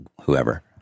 whoever